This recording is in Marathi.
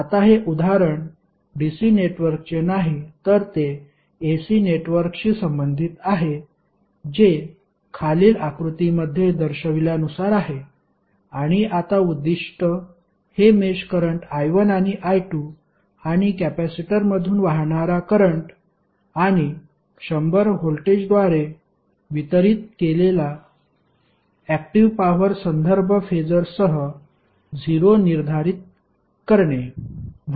आता हे उदाहरण DC नेटवर्कचे नाही तर ते AC नेटवर्कशी संबंधित आहे जे खालील आकृतीमध्ये दर्शविल्यानुसार आहे आणि आता उद्दीष्ट हे मेष करंट I1 आणि I2 आणि कॅपेसिटरमधून वाहणारा करंट आणि 100 व्होल्टेजद्वारे वितरित केलेला ऍक्टिव्ह पॉवर संदर्भ फेसर सह 0 निर्धारित करणे